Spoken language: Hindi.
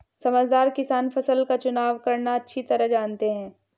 समझदार किसान फसल का चुनाव करना अच्छी तरह जानते हैं